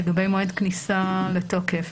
לגבי מועד כניסה לתוקף.